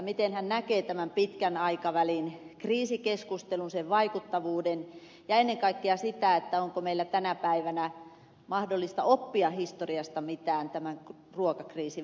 miten hän näkee tämän pitkän aikavälin kriisikeskustelun sen vaikuttavuuden ja ennen kaikkea onko meillä tänä päivänä mahdollista oppia historiasta mitään tämän ruokakriisin valossa